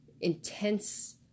Intense